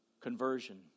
conversion